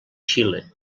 xile